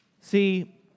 See